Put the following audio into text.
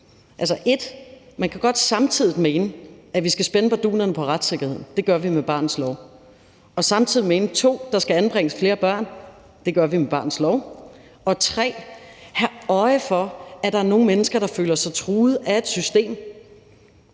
1) man kan godt mene, at vi skal spænde bardunerne på retssikkerheden, det gør vi med barnets lov, og samtidig mene, at 2) der skal anbringes flere børn, det gør vi med barnets lov, og 3) have øje for, at der er nogle mennesker, der føler sig truet af et system.